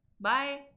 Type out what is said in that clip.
Bye